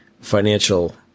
financial